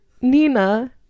nina